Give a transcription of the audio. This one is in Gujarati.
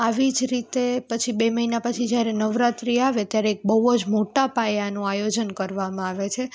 આવી જ રીતે પછી બે મહિના પછી જ્યારે નવરાત્રી આવે ત્યારે એક બહુ જ મોટા પાયાનું આયોજન કરવામાં આવે છે